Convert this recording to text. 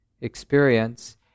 experience